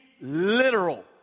literal